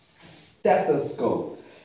Stethoscope